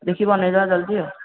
ଦେଖି ବନାଇ ଦେବା ଜଲ୍ଦି ଆଉ